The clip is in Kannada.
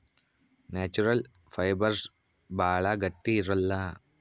ನ್ಯಾಚುರಲ್ ಫೈಬರ್ಸ್ ಭಾಳ ಗಟ್ಟಿ ಇರಲ್ಲ